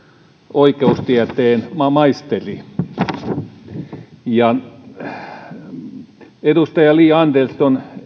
oikeustieteen maisteri edustaja li andersson